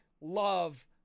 love